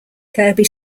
kirkby